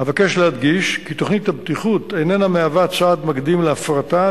אבקש להדגיש כי תוכנית הבטיחות איננה מהווה צעד מקדים להפרטה,